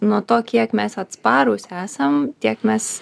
nuo to kiek mes atsparūs esam tiek mes